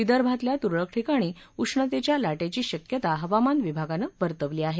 विदर्भातल्या तुरळक ठिकाणी उष्णतेच्या लाटेची शक्यता हवामान विभागानं वर्तवली आहे